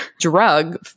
drug